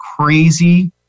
crazy